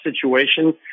situation